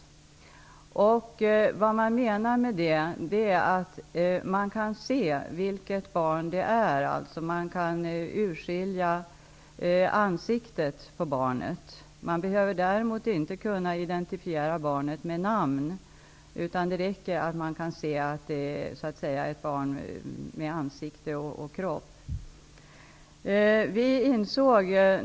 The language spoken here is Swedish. Med detta menas att man skall kunna se vilket barn det handlar om, dvs. man skall kunna urskilja barnets ansikte. Däremot behöver man inte kunna identifiera barnet med namn, utan det räcker att man kan se barnets ansikte och kropp.